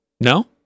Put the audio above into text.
No